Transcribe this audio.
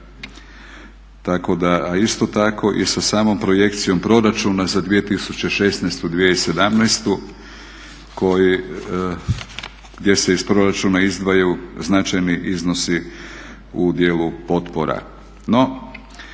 A isto tako i sa samom projekcijom proračuna za 2016., 2017.gdje se iz proračuna izdvajaju značajni iznosi u dijelu potpora.